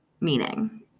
meaning